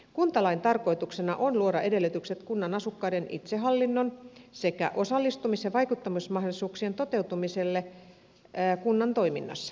kuntalain tarkoituksena on luoda edellytykset kunnan asukkaiden itsehallinnon sekä osallistumis ja vaikuttamismahdollisuuksien toteutumiselle kunnan toiminnassa